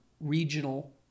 regional